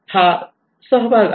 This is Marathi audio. हा सहभाग आहे